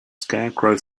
scarecrow